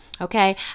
okay